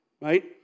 Right